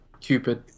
Cupid